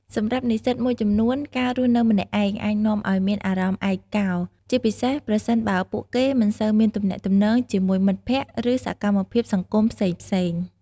សម្រាប់និស្សិតមួយចំនួន ការរស់នៅម្នាក់ឯងអាចនាំឱ្យមាន អារម្មណ៍ឯកោ ជាពិសេសប្រសិនបើពួកគេមិនសូវមានទំនាក់ទំនងជាមួយមិត្តភក្តិ ឬសកម្មភាពសង្គមផ្សេងៗ។